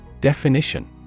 Definition